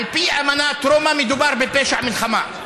על פי אמנת רומא, מדובר בפשע מלחמה.